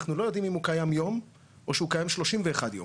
אנחנו לא יודעים אם הוא קיים יום או שהוא קיים 31 יום.